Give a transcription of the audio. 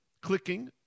clicking